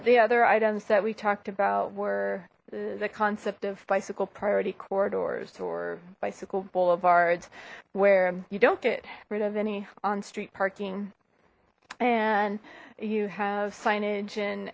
the other items that we talked about were the concept of bicycle priority corridors or bicycle boulevards where you don't get rid of any on street parking and you have sign